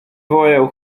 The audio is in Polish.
wołają